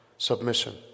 Submission